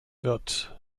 wird